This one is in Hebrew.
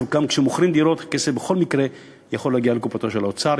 גם כשמוכרים דירות הכסף בכל מקרה יכול להגיע לקופתו של האוצר.